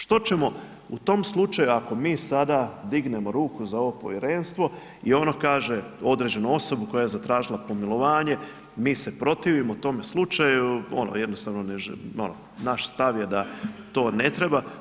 Što ćemo u tom slučaju ako mi sada dignemo ruku za ovo povjerenstvo i ono kaže određenu osobu koja je zatražila pomilovanje, mi se protivimo tom slučaju, ono, jednostavno ne ono, naš stav je da to ne treba.